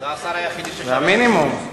זה המינימום.